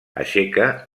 aixeca